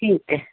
ਠੀਕ ਹੈ